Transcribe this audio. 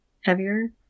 heavier